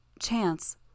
chance